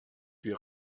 wir